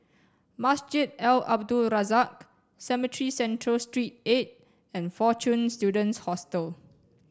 Masjid Al Abdul Razak Cemetry Central Street Eight and Fortune Students Hostel